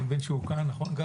אני מבין שהוא כאן, נכון?